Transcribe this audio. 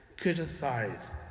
criticize